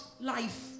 life